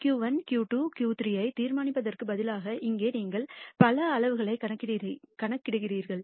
Q1 Q2 Q3 ஐ தீர்மானிப்பதற்கு பதிலாக இங்கே நீங்கள் பல அளவுகளை கணக்கிடுகிறீர்கள்